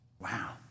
Wow